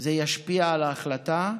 זה ישפיע על ההחלטה,